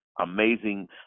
amazing